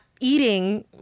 eating